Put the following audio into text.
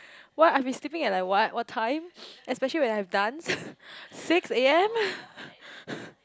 what I have been sleeping at like what what time especially when I have dance six A_M